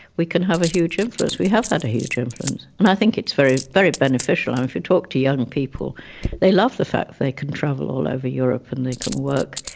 we can have a huge influence, we have had a huge influence. and i think it's very very beneficial. um if you talk to young people they love the fact they can travel all over europe and they can work,